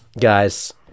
guys